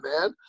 man